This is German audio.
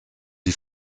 die